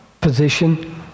position